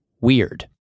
weird